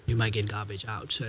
you might get garbage out. so